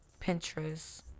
pinterest